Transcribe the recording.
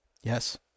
Yes